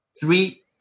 three